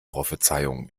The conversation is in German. prophezeiungen